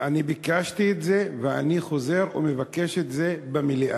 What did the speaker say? אני ביקשתי את זה, ואני חוזר ומבקש את זה במליאה.